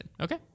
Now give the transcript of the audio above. Okay